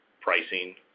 pricing